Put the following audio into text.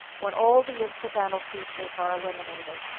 when all the incidental features are eliminated,